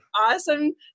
awesome